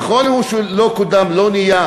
נכון שהוא לא קודם, לא נהיה